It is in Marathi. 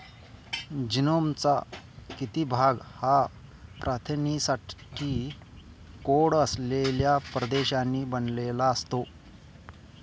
जीनोमचा किती भाग हा प्रथिनांसाठी कोड असलेल्या प्रदेशांनी बनलेला असतो?